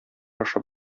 ашап